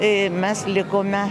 ir mes likome